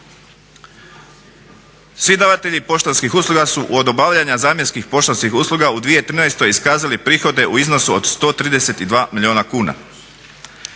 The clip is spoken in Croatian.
Svi davatelji poštanskih usluga su od obavljanja zamjenskih poštanskih usluga u 2013. iskazali prihode u iznosu od 132 milijuna kuna.